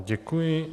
Děkuji.